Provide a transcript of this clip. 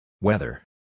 Weather